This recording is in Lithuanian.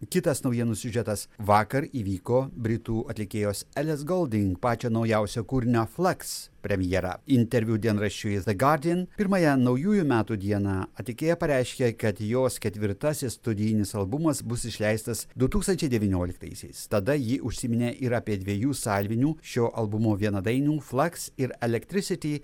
kitas naujienų siužetas vakar įvyko britų atlikėjos eles golding pačio naujausio kūrinio flaks premjera interviu dienraščiui ze gadin pirmąją naujųjų metų dieną atlikėja pareiškė kad jos ketvirtasis studijinis albumas bus išleistas du tūkstančiai devynioliktaisiais tada ji užsiminė ir apie dviejų salvinių šio albumo vienadainių flaks ir elektrisiti